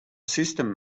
system